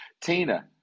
Tina